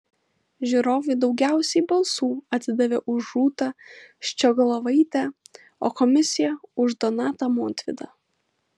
žiūrovai daugiausiai balsų atidavė už rūtą ščiogolevaitę o komisija už donatą montvydą